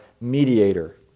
mediator